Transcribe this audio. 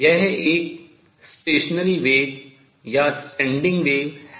यह एक stationary wave अप्रगामी तरंग या standing wave अप्रगामी तरंग स्थिर तरंग है